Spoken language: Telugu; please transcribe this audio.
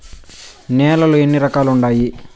నేలలు ఎన్ని రకాలు వుండాయి?